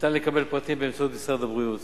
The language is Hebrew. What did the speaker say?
ניתן לקבל פרטים באמצעות משרד הבריאות.